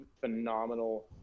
phenomenal